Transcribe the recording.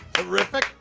terrific!